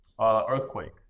Earthquake